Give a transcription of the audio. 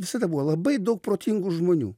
visada buvo labai daug protingų žmonių